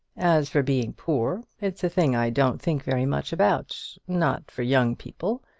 as for being poor, it's a thing i don't think very much about not for young people.